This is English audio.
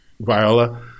Viola